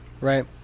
right